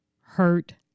hurt